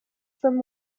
from